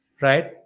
Right